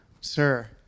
sir